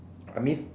I mean